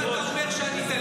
קודם כול אתה אומר שאני תליתי.